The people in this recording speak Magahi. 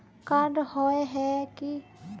कार्ड होय है की?